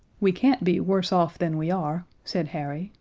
we can't be worse off than we are, said harry,